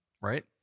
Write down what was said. right